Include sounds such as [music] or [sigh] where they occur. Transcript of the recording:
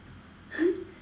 [laughs]